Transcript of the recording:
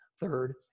Third